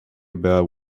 about